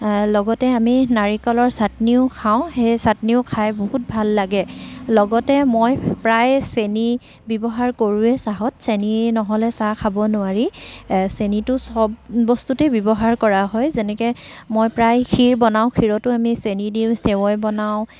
লগতে আমি নাৰিকলৰ চাটনিও খাওঁ সেই চাটনিও খাই বহুত ভাল লাগে লগতে মই প্ৰায় চেনি ব্যৱহাৰ কৰোঁৱেই চাহত চেনি নহ'লে চাহ খাব নোৱাৰি চেনিটো চব বস্তুতেই ব্যৱহাৰ কৰা হয় যেনেকৈ মই প্ৰায় খীৰ বনাওঁ খীৰতো চেনি দিওঁ চেৱৈ বনাওঁ